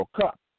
Cup